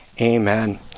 Amen